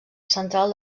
central